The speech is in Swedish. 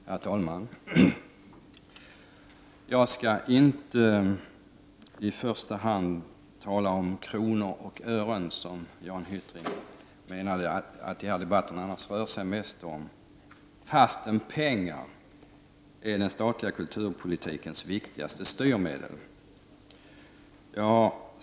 Herr talman! Jag skall inte i första hand tala om kronor och ören, som Jan Hyttring menade att den här debatten mest rör sig om — fastän pengar är den statliga kulturpolitikens viktigaste styrmedel.